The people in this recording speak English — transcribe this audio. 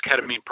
ketamine